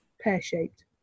pear-shaped